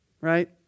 right